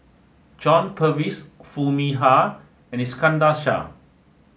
John Purvis Foo Mee Har and Iskandar Shah